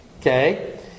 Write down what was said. Okay